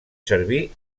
servir